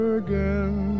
again